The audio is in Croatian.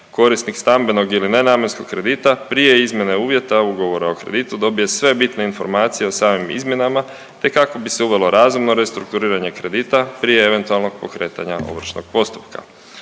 korisnik stambenog ili nenamjenskog kredita prije izmjene uvjeta ugovora o kreditu dobije sve bitne informacije o samim izmjenama, te kako bi se uvelo razumno restrukturiranje kredita prije eventualnog pokretanja ovršnog postupka.